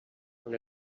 una